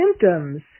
symptoms